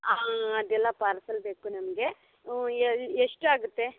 ಹಾಂ ಅದೆಲ್ಲ ಪಾರ್ಸೆಲ್ ಬೇಕು ನಮಗೆ ಹ್ಞೂ ಎಷ್ಟಾಗುತ್ತೆ